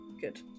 Good